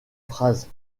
phrases